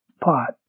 pot